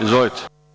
Izvolite.